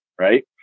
right